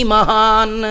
Mahan